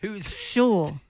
sure